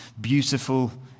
beautiful